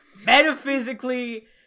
metaphysically